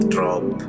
Drop